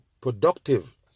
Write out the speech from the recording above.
productive